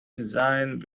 design